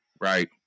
right